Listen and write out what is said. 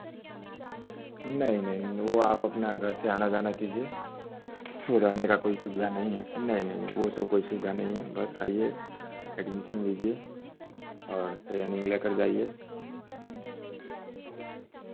नहीं नहीं वह आप अपना घर से आना जाना कीजिए रहने का कोई सुविधा नहीं है नहीं नहीं नहीं वह सब कोई सुविधा नहीं है बस आईए एडमिशन लीजिए और ट्रेनिंग लेकर जाईए